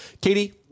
Katie